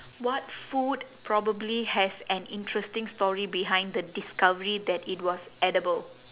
what food probably has an interesting story behind the discovery that it was edible